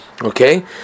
Okay